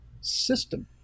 system